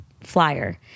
flyer